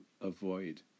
avoid